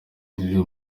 ruri